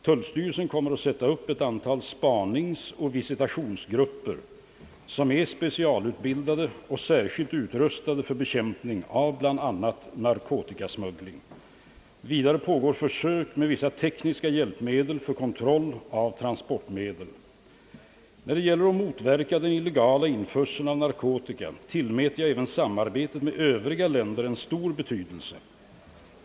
Tullstyrelsen kommer att sätta upp ett antal spaningsoch visitationsgrupper, som är specialutbildade och särskilt utrustade för bekämpning av bl.a. narkotikasmuggling. Vidare pågår försök med vissa tekniska hjälpmedel för kontroll av transportmedel. När det gäller att motverka den illegala införseln av narkotika tillmäter jag även samarbetet med övriga länder stor betydelse.